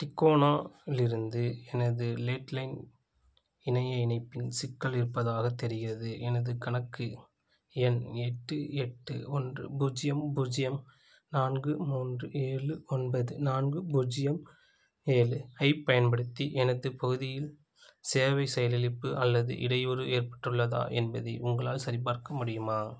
டிக்கோனா லிருந்து எனது லேட்லைன் இணைய இணைப்பின் சிக்கல் இருப்பதாகத் தெரிகிறது எனது கணக்கு எண் எட்டு எட்டு ஒன்று பூஜ்ஜியம் பூஜ்ஜியம் நான்கு மூன்று ஏழு ஒன்பது நான்கு பூஜ்ஜியம் ஏழு ஐப் பயன்படுத்தி எனது பகுதியில் சேவை செயலிழப்பு அல்லது இடையூறு ஏற்பட்டுள்ளதா என்பதை உங்களால் சரிபார்க்க முடியுமா